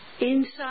Inside